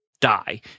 die